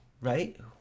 right